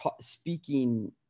speaking